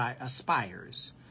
aspires